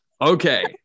Okay